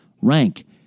rank